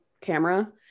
camera